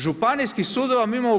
Županijskih sudova mi imamo 15.